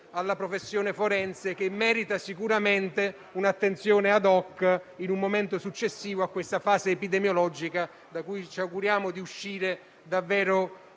alla professione forense, che merita sicuramente un'attenzione *ad hoc* in un momento successivo a questa fase epidemiologica da cui ci auguriamo di uscire davvero